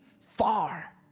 far